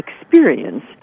experience